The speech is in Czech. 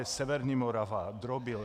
Severní Morava Drobil.